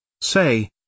Say